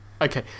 okay